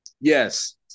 Yes